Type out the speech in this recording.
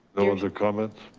that was a comment?